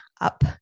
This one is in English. up